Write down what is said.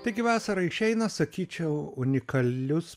taigi vasarą išeina sakyčiau unikalius